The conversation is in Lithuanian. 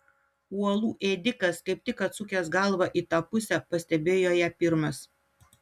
uolų ėdikas kaip tik atsukęs galvą į tą pusę pastebėjo ją pirmas